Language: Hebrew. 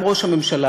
גם ראש הממשלה,